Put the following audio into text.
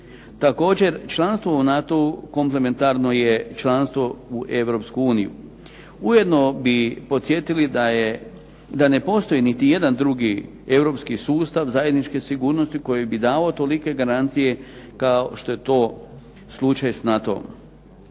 Također, članstvo u NATO-u komplementarno je članstvo u Europsku uniju. Ujedno bi podsjetili da ne postoji niti jedan drugi europski sustav zajedničke sigurnosti koji bi dao tolike garancije kao što je to slučaj s NATO-om.